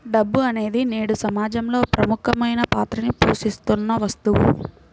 డబ్బు అనేది నేడు సమాజంలో ప్రముఖమైన పాత్రని పోషిత్తున్న వస్తువు